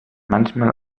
manchmal